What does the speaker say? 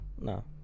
No